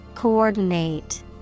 coordinate